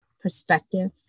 perspective